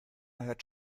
hört